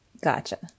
Gotcha